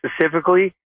specifically